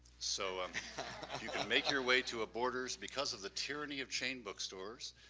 so um you can make your way to a border's. because of the tyranny of chain bookstores,